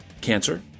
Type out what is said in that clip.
cancer